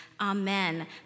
Amen